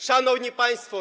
Szanowni Państwo!